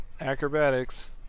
acrobatics